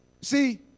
See